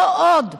לא עוד.